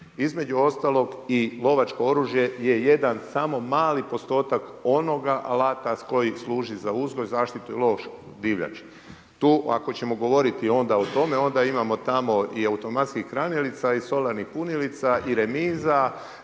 Između ostalog i lovačko oružje je jedan samo mali postotak onoga alata koji služi za uzgoj, zaštitu i lov divljači. Tu ako ćemo govoriti onda o tome, onda imamo tamo i automatskih kranilica i solarnih kunilica i remiza